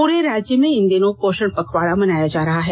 पूरे राज्य में इन दिनों पोषण पखवाड़ा मनाया जा रहा है